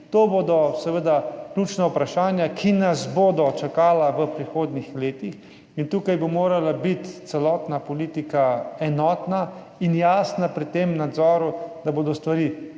To bodo ključna vprašanja, ki nas bodo čakala v prihodnjih letih, in tukaj bi morala biti celotna politika enotna in jasna pri tem nadzoru, da bodo stvari